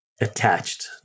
attached